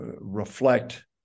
reflect